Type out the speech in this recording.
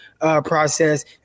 process